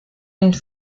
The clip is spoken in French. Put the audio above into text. une